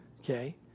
okay